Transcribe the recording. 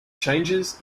changes